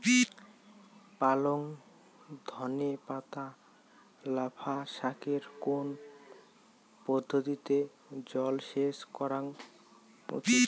পালং ধনে পাতা লাফা শাকে কোন পদ্ধতিতে জল সেচ করা উচিৎ?